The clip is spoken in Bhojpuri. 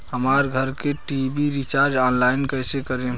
हमार घर के टी.वी रीचार्ज ऑनलाइन कैसे करेम?